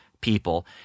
people